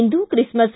ಇಂದು Christmas